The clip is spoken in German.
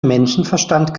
menschenverstand